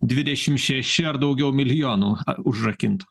dvidešim šeši ar daugiau milijonų užrakintų